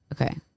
Okay